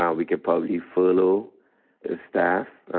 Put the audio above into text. um we could probably furlough staff,